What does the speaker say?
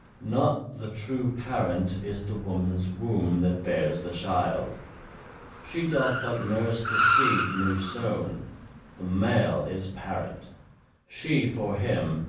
not the true parent is the woman's womb that bears the child she doth but nurse the seed new-sown the male is parent she for him,